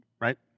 right